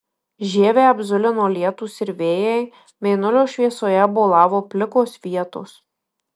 žievę apzulino lietūs ir vėjai mėnulio šviesoje bolavo plikos vietos